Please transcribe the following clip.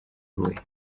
huye